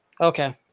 Okay